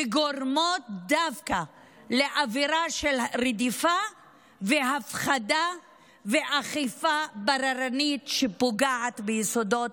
וגורמות דווקא לאווירה של רדיפה והפחדה ולאכיפה בררנית שפוגעת ביסודות